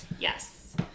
Yes